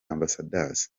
ambassadors